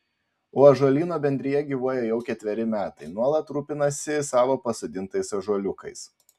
o ąžuolyno bendrija gyvuoja jau ketveri metai nuolat rūpinasi savo pasodintais ąžuoliukais